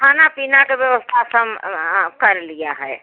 खाने पीने की व्यवस्था सब हम कर लिए हैं